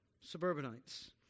suburbanites